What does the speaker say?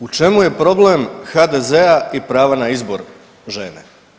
U čemu je problem HDZ-a i prava na izbor žene?